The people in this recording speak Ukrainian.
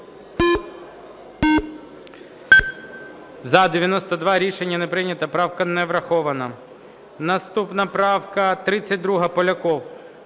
За-92 Рішення не прийнято. Правка не врахована. Наступна правка 32, Поляков.